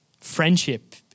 friendship